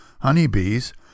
honeybees